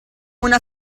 una